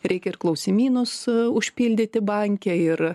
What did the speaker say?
reikia ir klausimynus užpildyti banke ir